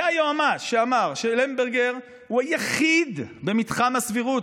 זה היועמ"ש שאמר שלמברגר הוא היחיד במתחם הסבירות,